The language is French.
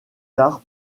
tard